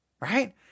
right